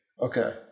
Okay